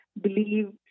believe